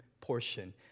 portion